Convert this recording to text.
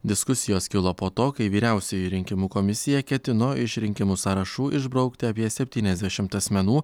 diskusijos kilo po to kai vyriausioji rinkimų komisija ketino iš rinkimų sąrašų išbraukti apie septyniasdešimt asmenų